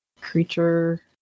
creature